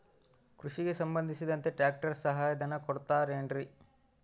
ಕೃಷಿಗೆ ಸಂಬಂಧಿಸಿದಂತೆ ಟ್ರ್ಯಾಕ್ಟರ್ ಸಹಾಯಧನ ಕೊಡುತ್ತಾರೆ ಏನ್ರಿ?